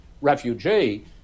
refugee